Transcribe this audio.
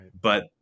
but-